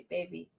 Baby